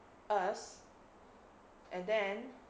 us and then